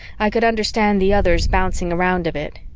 i could understand the others bouncing around a bit.